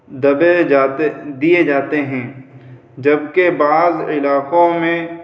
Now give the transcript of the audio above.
دبے جاتے دیے جاتے ہیں جبکہ بعض علاقوں میں